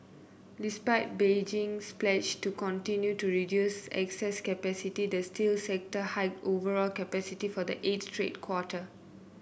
despite Beijing's pledge to continue to reduce excess capacity the steel sector hiked overall capacity for the eighth straight quarter